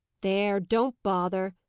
there don't bother!